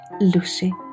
Lucy